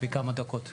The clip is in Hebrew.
בכמה דקות.